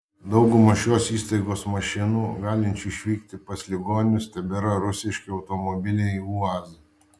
dauguma šios įstaigos mašinų galinčių išvykti pas ligonius tebėra rusiški automobiliai uaz